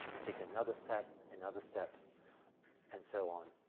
take another step another step and so on,